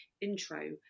intro